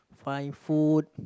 find food